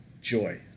joy